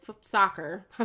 soccer